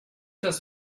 das